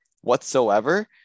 whatsoever